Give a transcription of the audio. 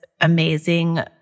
amazing